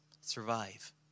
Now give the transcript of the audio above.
survive